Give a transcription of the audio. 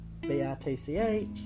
B-I-T-C-H